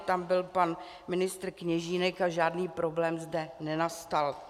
Tam byl pan ministr Kněžínek a žádný problém zde nenastal.